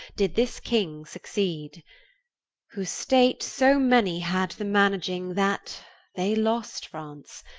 did this king succeed whose state so many had the managing, that they lost france,